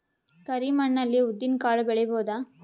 ಕರಿ ಮಣ್ಣ ಅಲ್ಲಿ ಉದ್ದಿನ್ ಕಾಳು ಬೆಳಿಬೋದ?